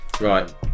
Right